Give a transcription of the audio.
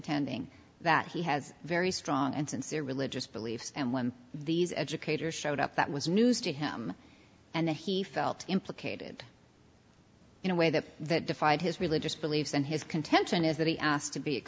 contending that he has very strong and sincere religious beliefs and when these educators showed up that was news to him and he felt implicated in a way that that defied his religious beliefs and his contention is that he asked to be